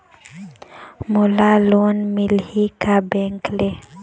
मोला लोन मिलही का बैंक ले?